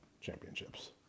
championships